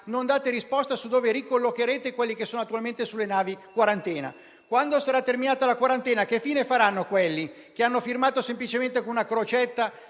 non date risposte su dove ricollocherete chi si trova attualmente sulle navi quarantena. Quando sarà terminata la quarantena, che fine faranno quelli che hanno firmato semplicemente con una crocetta,